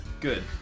good